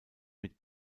mit